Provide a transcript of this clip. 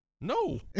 No